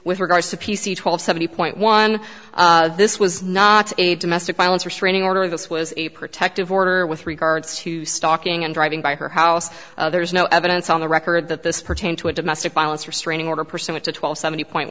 with regards to p c twelve seven point one this was not a domestic violence restraining order this was a protective order with regards to stalking and driving by her house there is no evidence on the record that this pertain to a domestic violence restraining order percent to twelve seventy point